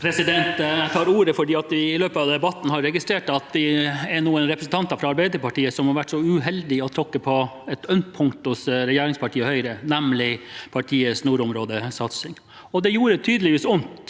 Jeg tar ordet fordi jeg i løpet av debatten har registrert at det er noen representanter fra Arbeiderpartiet som har vært så uheldige å tråkke på et ømt punkt for regjeringspartiet Høyre, nemlig partiets nordområdesatsing. Det gjorde tydeligvis vondt.